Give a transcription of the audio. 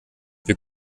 wir